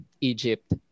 Egypt